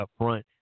upfront